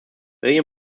william